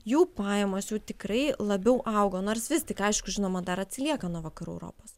jų pajamos tikrai labiau augo nors vis tik aišku žinoma dar atsilieka nuo vakarų europos